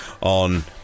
on